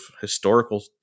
historical